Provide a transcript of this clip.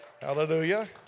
Hallelujah